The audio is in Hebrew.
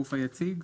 הגוף היציג?